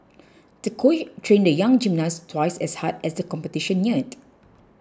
the coach trained the young gymnast twice as hard as the competition neared